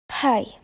Hi